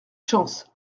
chance